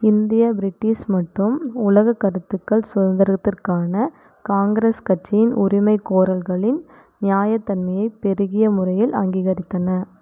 இந்திய பிரிட்டிஷ் மற்றும் உலகக் கருத்துக்கள் சுதந்திரத்திற்கான காங்கிரஸ் கட்சியின் உரிமைகோரல்களின் நியாயத்தன்மையை பெருகிய முறையில் அங்கீகரித்தன